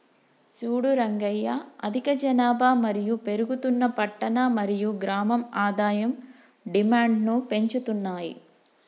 సూడు రంగయ్య అధిక జనాభా మరియు పెరుగుతున్న పట్టణ మరియు గ్రామం ఆదాయం డిమాండ్ను పెంచుతున్నాయి